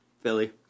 Philly